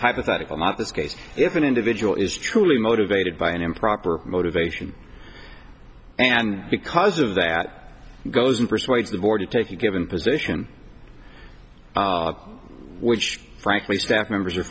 hypothetical not this case if an individual is truly motivated by an improper motivation and because of that goes and persuades the board to take a given position which frankly staff members are